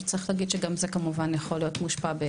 צריך להגיד שגם זה כמובן יכול להיות מושפע.